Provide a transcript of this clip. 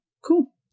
Cool